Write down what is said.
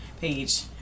page